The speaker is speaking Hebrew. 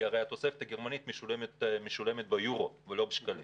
כי הרי התוספת הגרמנית משולמת באירו ולא בשקלים